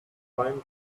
time